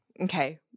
okay